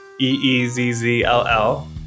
E-E-Z-Z-L-L